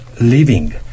living